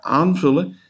aanvullen